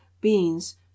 beans